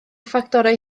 ffactorau